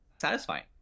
satisfying